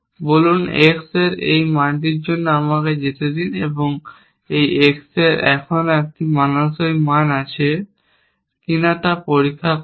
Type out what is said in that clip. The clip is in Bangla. বলুন X এ এই মানটির জন্য আমাকে যেতে দিন এবং X এর এখনও একটি মানানসই মান আছে কিনা তা পরীক্ষা করুন